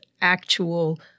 actual